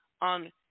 on